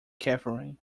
catherine